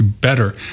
better